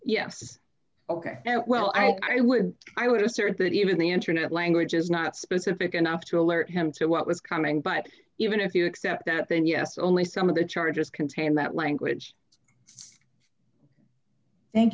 yes ok well i would i would assert that even the internet language is not specific enough to alert him to what was coming but even if you accept that then yes only some of the charges contain that language thank